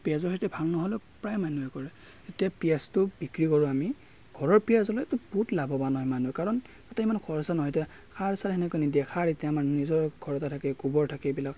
পিঁয়াজৰ খেতি ভাল নহ'লেও প্ৰায় মানুহে কৰে এতিয়া পিঁয়াজটো বিক্ৰী কৰোঁ আমি ঘৰৰ পিঁয়াজ হ'লেতো বহুত লাভৱান হয় মানুহ কাৰণ তাতে ইমান খৰচ নহয় এতিয়া সাৰ চাৰ সেনেকৈ নিদিয়ে সাৰ এতিয়া আমাৰ নিজৰ ঘৰতে থাকে গোবৰ থাকে এইবিলাক